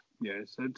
yes